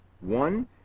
one